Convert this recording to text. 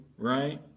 Right